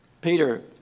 Peter